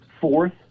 fourth